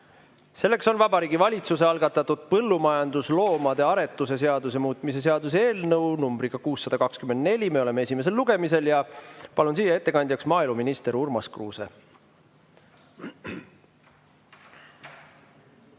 See on Vabariigi Valitsuse algatatud põllumajandusloomade aretuse seaduse muutmise seaduse eelnõu 624, me oleme esimesel lugemisel. Palun siia ettekandjaks maaeluminister Urmas Kruuse.